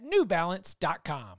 newbalance.com